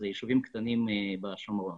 אלה ישובים קטנים בשומרון,